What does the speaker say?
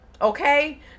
okay